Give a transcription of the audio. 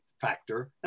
factor